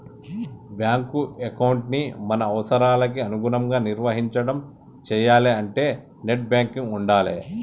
bank ఎకౌంటుని మన అవసరాలకి అనుగుణంగా నిర్వహించడం చెయ్యాలే అంటే నెట్ బ్యాంకింగ్ ఉండాలే